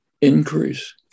Increase